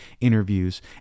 interviews